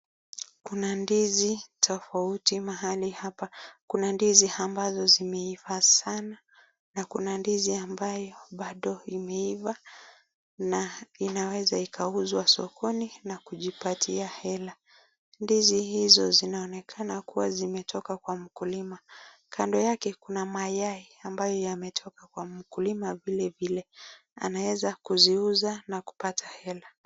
Kuna ndizi tofauti mahali hapa. Kuna ndizi ambazo zimeiva sana na kuna ndizi ambayo bado imeiva na inaweza ikauzwa sokoni na kujipatia hela. Ndizi hizo zinaonekana kuwa zimetoka kwa mkulima kando yake kuna mayai ambayo yametoka kwa mkulima. Vile vile anaweza kuziuza na kupata hela.